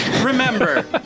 Remember